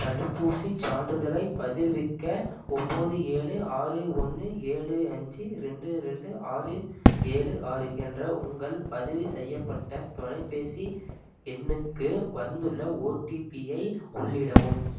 தடுப்பூசிச் சான்றிதழைப் பதிர்விறக ஒம்பது ஏழு ஆறு ஒன்று ஏழு அஞ்சு ரெண்டு ரெண்டு ஆறு ஏழு ஆறு என்ற உங்கள் பதிவு செய்யப்பட்ட தொலைபேசி எண்ணுக்கு வந்துள்ள ஓடிபிஐ உள்ளிடவும்